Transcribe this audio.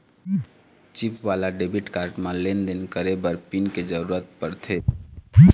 chip वाला debit card म लेन देन करे बर पिन के जरूरत परथे